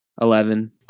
Eleven